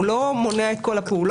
לא מונע את כל הפעולות.